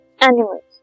animals